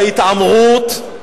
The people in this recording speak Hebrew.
ההתעמרות,